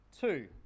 two